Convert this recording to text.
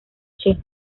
che